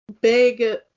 big